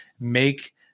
make